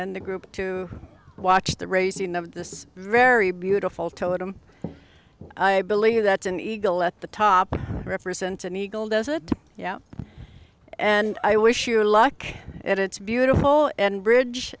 and the group to watch the raising of this very beautiful totem i believe that an eagle at the top represents an eagle does it yeah and i wish you luck and it's beautiful and bridge